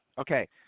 Okay